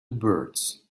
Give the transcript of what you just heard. birds